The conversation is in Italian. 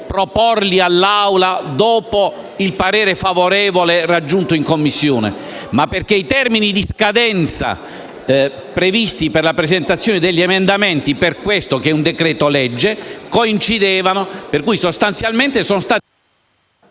proporli all'Assemblea dopo il parere favorevole raggiunto in Commissione, ma perché i termini di scadenza previsti per la presentazione di emendamenti per questo, che è un decreto-legge, coincidevano. Accolgo l'invito di